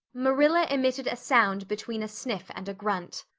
marilla emitted a sound between a sniff and a grunt.